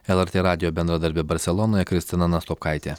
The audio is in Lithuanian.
lrt radijo bendradarbė barselonoje kristina nastopkaitė